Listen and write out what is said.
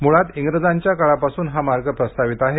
मुळात इंग्रजांच्या काळापासून हा मार्ग प्रस्तावित आहे